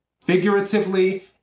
figuratively